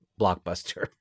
Blockbuster